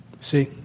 See